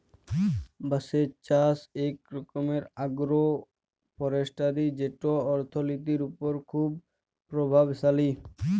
বাঁশের চাষ ইক রকম আগ্রো ফরেস্টিরি যেট অথ্থলিতির উপর খুব পরভাবশালী